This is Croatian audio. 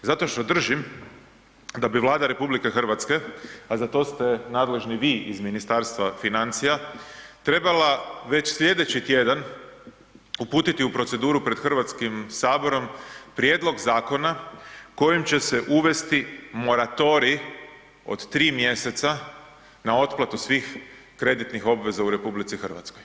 Zato što držim da bi Vlada RH, a za to ste nadležni vi iz Ministarstva financija trebala već slijedeći tjedan uputiti u proceduru pred Hrvatskim saborom prijedlog zakona kojim će se uvesti moratorij od 3 mjeseca na otplatu svih kreditnih obveza u RH.